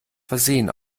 versehen